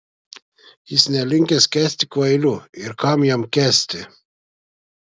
jis nelinkęs kęsti kvailių ir kam jam kęsti